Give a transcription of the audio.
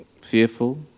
fearful